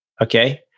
Okay